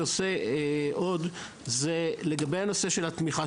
את הפגייה.